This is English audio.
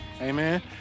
Amen